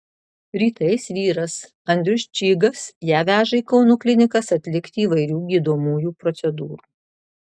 rytais vyras andrius čygas ją veža į kauno klinikas atlikti įvairių gydomųjų procedūrų